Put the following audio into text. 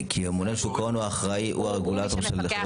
כי הממונה על שוק ההון הוא הרגולטור של חברות הביטוח.